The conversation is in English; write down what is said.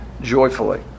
joyfully